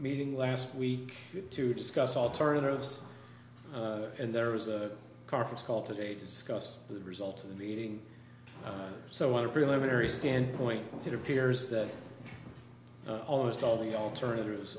meeting last week to discuss alternatives and there was a conference call today to discuss the results of the meeting so in a preliminary standpoint it appears that almost all the alternatives